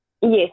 Yes